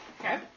Okay